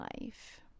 life